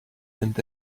and